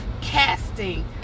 casting